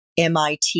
MIT